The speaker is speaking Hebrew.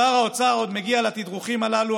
שר האוצר עוד מגיע לתדרוכים הללו,